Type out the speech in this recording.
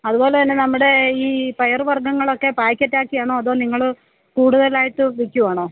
അത്പോലെ തന്നെ നമ്മുടെ ഈ പയറ് വര്ഗങ്ങളൊക്കെ പായ്ക്കറ്റാക്കിയാണോ അതോ നിങ്ങൾ കൂടുതലായിട്ട് വിൽക്കുവാണോ